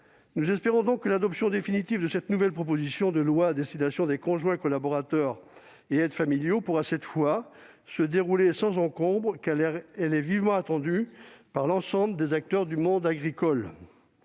Nous espérons donc que l'adoption définitive de cette nouvelle proposition de loi qui concerne les conjoints collaborateurs et les aides familiaux pourra cette fois se dérouler sans encombre, car elle est vivement attendue par l'ensemble des acteurs du monde agricole.